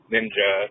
Ninja